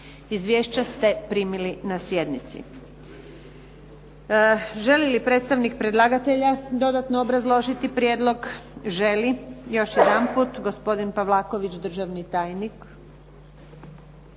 Izvješća ste primili na sjednici. Želi li predstavnik predlagatelja dodatno obrazložiti prijedlog? Želi. Još jedanput gospodin Pavlaković državni tajnik.